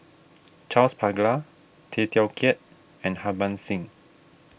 Charles Paglar Tay Teow Kiat and Harbans Singh